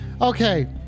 Okay